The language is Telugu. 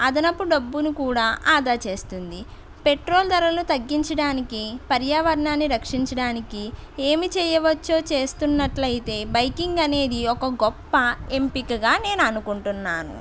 అదనపు డబ్బును కూడా ఆదా చేస్తుంది పెట్రోల్ ధరలు తగ్గించడానికి పర్యావరణాన్ని రక్షించడానికి ఏమి చేయవచ్చో చేస్తున్నట్లైతే బైకింగ్ అనేది ఒక గొప్ప ఎంపికగా నేను అనుకుంటున్నాను